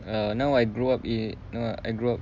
uh now I grow up in now I grow up